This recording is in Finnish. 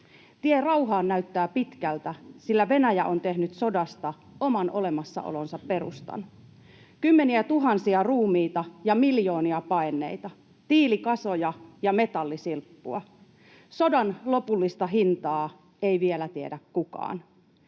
Tie rauhaan näyttää pitkältä, sillä Venäjä on tehnyt sodasta oman olemassaolonsa perustan. Kymmeniätuhansia ruumiita ja miljoonia paenneita, tiilikasoja ja metallisilppua. Sodan lopullista hintaa ei vielä tiedä kukaan.